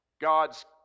God's